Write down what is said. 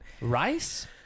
Rice